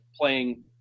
playing